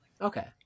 Okay